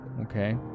okay